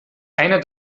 einer